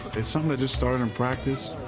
so and just started in practice.